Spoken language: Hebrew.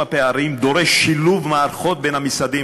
הפערים דורשים שילוב מערכות בין המשרדים,